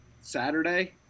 Saturday